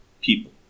People